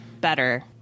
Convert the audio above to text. better